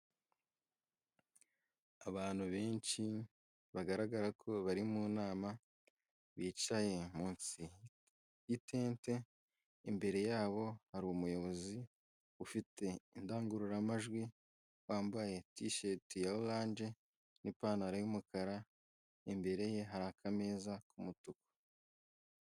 Abantu benshi, bagaragara ko bari mu nama, bicaye munsi y'itente, imbere yabo hari umuyobozi ufite indangururamajwi wambaye tisheti ya oranje n'ipantaro y'umukara, imbere ye harika ameza k'umutuku.